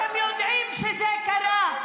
אתם יודעים שזה קרה.